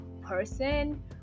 person